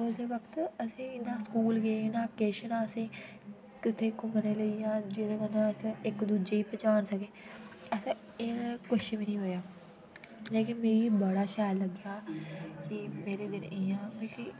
ओह्दे वक्त अस नेई इन्ना स्कुल गे ना कैश ना असेई ते कदे घुमने लेई जान जेदे कन्नै अस इक दुजे पजा दी सके आ ते एह् कुछ बी नेई होंया लेकिन मिगी मी बड़ा शैल लगेआ की मेरे दिन इ'यां मिगी